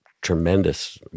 tremendous